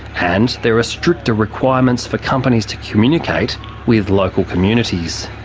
and there are stricter requirements for companies to communicate with local communities.